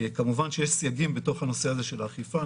כמובן שיש סייגים בתוך הנושא הזה של האכיפה,